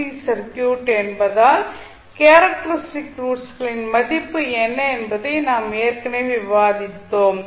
C circuit என்பதால் characteristic ரூட்களின் மதிப்பு என்ன என்பதை நாம் ஏற்கனவே விவாதித்தோம்